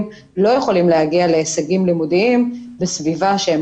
לא יכולים להגיע להישגים לימודיים בסביבה בה הם